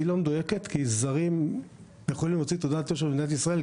היא לא מדויקת כי זרים יכולים להוציא תעודת יושר במדינת ישראל,